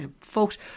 folks